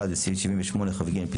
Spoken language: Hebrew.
הסתייגות 1, סעיף 78כג פסקה